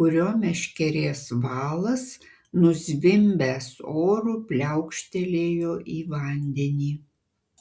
kurio meškerės valas nuzvimbęs oru pliaukštelėjo į vandenį